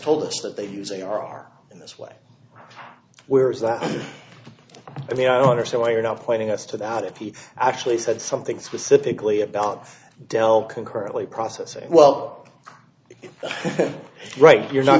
told us that they usually are in this way where is that i mean i don't understand why you're not pointing us to that if he actually said something specifically about dell concurrently processing well it right you're not